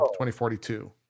2042